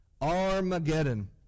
Armageddon